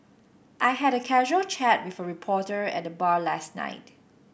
I had a casual chat with a reporter at the bar last night